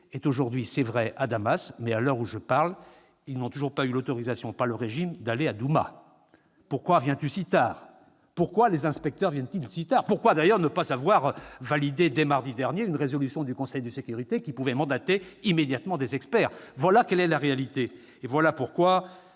sont aujourd'hui, il est vrai, à Damas, mais, à l'heure où je vous parle, ceux-ci n'ont toujours pas eu l'autorisation par le régime d'aller à Douma. Pourquoi les inspecteurs viennent-ils si tard ? Pourquoi d'ailleurs ne pas avoir validé dès mardi dernier une résolution du Conseil de sécurité qui pouvait mandater immédiatement des experts ? Voilà la réalité. C'est pourquoi